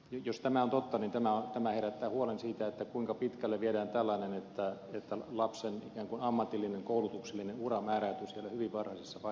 jos tämä on totta niin tämä herättää huolen siitä kuinka pitkälle viedään tällainen että lapsen ikään kuin ammatillinen koulutuksellinen ura määräytyy siellä hyvin varhaisessa vaiheessa